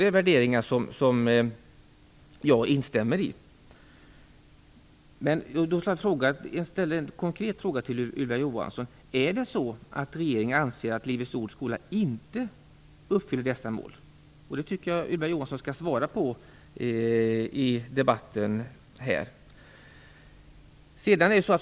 Det är värderingar som jag instämmer i. Anser regeringen att Livets Ords skola inte uppfyller dessa mål? Den frågan tycker jag att Ylva Johansson skall svara på här i debatten.